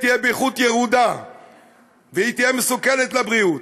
היא תהיה באיכות ירודה והיא תהיה מסוכנת לבריאות,